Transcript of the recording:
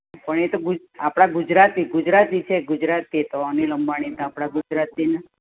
પણ એ તો આપણાં ગુજરાતી ગુજરાતી છે ગુજરાતથી તો અનિલ અંબાણી તો આપણાં ગુજરાતીને